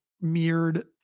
mirrored